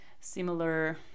similar